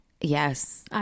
Yes